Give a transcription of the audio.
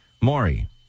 Maury